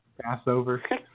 Passover